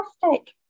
fantastic